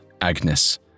Agnes